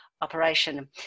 operation